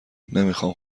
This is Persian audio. نمیخام